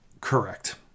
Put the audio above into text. Correct